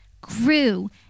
grew